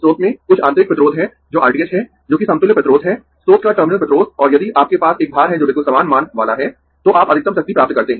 स्रोत में कुछ आंतरिक प्रतिरोध है जो R t h है जो कि समतुल्य प्रतिरोध है स्रोत का टर्मिनल प्रतिरोध और यदि आपके पास एक भार है जो बिल्कुल समान मान वाला है तो आप अधिकतम शक्ति प्राप्त करते है